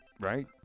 Right